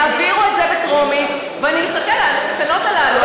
תעבירו את זה בטרומית ואני אחכה לתקנות האלה.